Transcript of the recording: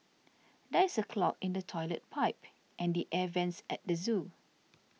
there is a clog in the Toilet Pipe and the Air Vents at the zoo